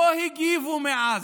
לא הגיבו מעזה.